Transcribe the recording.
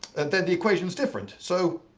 then the equation is different. so,